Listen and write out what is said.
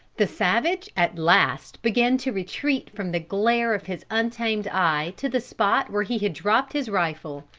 the savage at last began to retreat from the glare of his untamed eye to the spot where he had dropped his rifle.